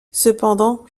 cependant